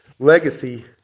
legacy